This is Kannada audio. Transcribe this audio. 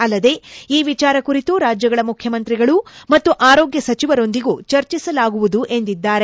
ಅಲ್ಲದೆ ಈ ವಿಚಾರ ಕುರಿತು ರಾಜ್ಗಳ ಮುಖ್ಯಮಂತ್ರಿಗಳು ಮತ್ತು ಆರೋಗ್ಲ ಸಚಿವರೊಂದಿಗೂ ಚರ್ಚಿಸಲಾಗುವುದು ಎಂದಿದ್ದಾರೆ